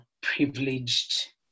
privileged